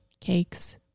cakes